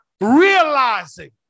realizing